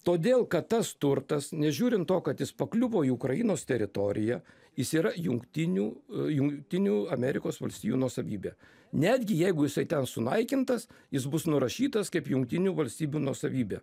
todėl kad tas turtas nežiūrint to kad jis pakliuvo į ukrainos teritoriją jis yra jungtinių jungtinių amerikos valstijų nuosavybė netgi jeigu jisai ten sunaikintas jis bus nurašytas kaip jungtinių valstybių nuosavybė